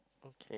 okay